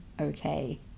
okay